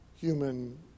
human